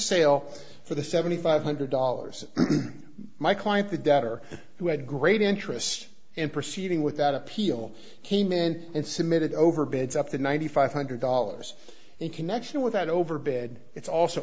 sale for the seventy five hundred dollars my client the debtor who had great interest in proceeding with that appeal came in and submitted over bids up to ninety five hundred dollars in connection with that over bed it's also